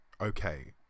okay